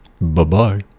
Bye-bye